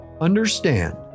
understand